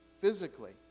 physically